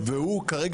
ולא משנה